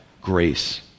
grace